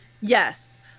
Yes